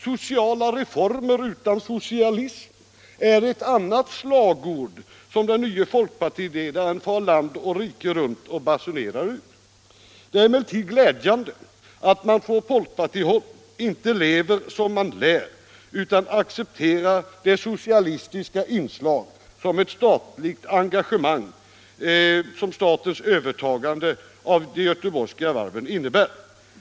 Sociala reformer utan socialism är ett annat slagord, som den nye folkpartiledaren far land och rike runt och basunerar ut. Det är emellertid glädjande att man på folkpartihåll inte lever som man lär utan accepterar det socialistiska inslag som statens övertagande av de göteborgska varven innebär.